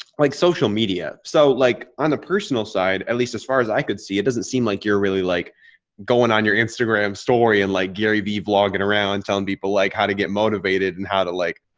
like social media. so like on a personal no side at least as far as i could see, it doesn't seem like you're really like going on your instagram story and like gary vee vlogging, around and telling people like how to get motivated and how to like,